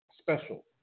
special